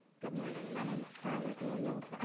good morning. my name's carla daniels.